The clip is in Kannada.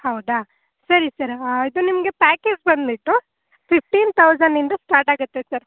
ಹೌದಾ ಸರಿ ಸರ್ ಅದು ನಿಮಗೆ ಪ್ಯಾಕೇಜ್ ಬಂದುಬಿಟ್ಟು ಫಿಫ್ಟೀನ್ ತೌಸನಿಂದ ಸ್ಟಾರ್ಟ್ ಆಗುತ್ತೆ ಸರ್